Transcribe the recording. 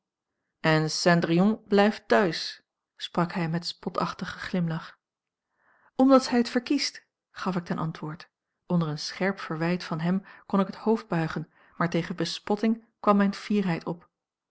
en cendrillon blijft thuis sprak hij met spotachtigen glimlach omdat zij het verkiest gaf ik ten antwoord onder een scherp verwijt van hem kon ik het hoofd buigen maar tegen bespotting kwam mijn fierheid op